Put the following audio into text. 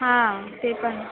हां ते पण